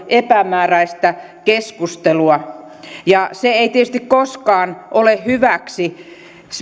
epämääräistä keskustelua ja se ei tietysti koskaan ole hyväksi